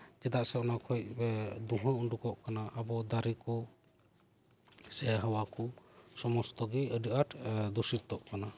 ᱪᱮᱫᱟᱜ ᱥᱮ ᱚᱱᱟ ᱠᱷᱚᱱ ᱫᱩᱦᱟᱹ ᱩᱰᱩᱠᱚᱜ ᱠᱟᱱᱟ ᱟᱵᱚ ᱫᱟᱨᱮ ᱠᱚ ᱥᱮ ᱦᱟᱣᱟ ᱠᱚ ᱥᱚᱢᱚᱥᱛᱚ ᱟᱹᱰᱤ ᱟᱴ ᱫᱩᱥᱤᱛᱚᱜ ᱠᱟᱱᱟ